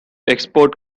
export